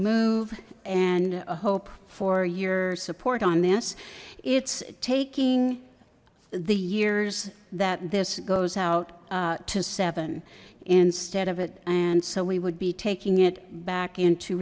move and hope for your support on this it's taking the years that this goes out to seven instead of it and so we would be taking it back into